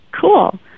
cool